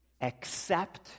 accept